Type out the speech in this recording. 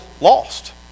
lost